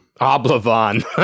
Oblivion